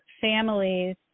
families